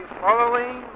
following